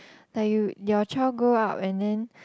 like you your child grow up and then